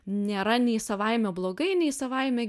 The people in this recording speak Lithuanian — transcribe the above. nėra nei savaime blogai nei savaime